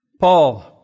Paul